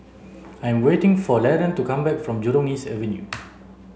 I'm waiting for Laron to come back from Jurong East Avenue